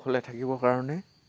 কুশলে থাকিবৰ কাৰণে